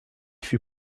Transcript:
fut